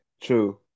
True